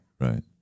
right